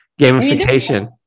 gamification